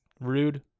rude